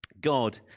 God